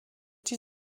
die